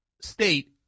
state